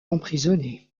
emprisonné